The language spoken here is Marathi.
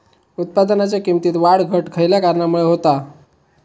उत्पादनाच्या किमतीत वाढ घट खयल्या कारणामुळे होता?